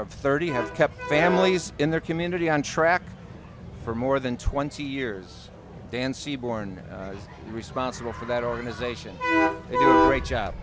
of thirty have kept families in their community on track for more than twenty years dan seaborne is responsible for that organization